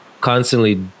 constantly